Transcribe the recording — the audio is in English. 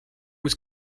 was